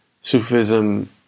Sufism